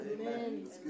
Amen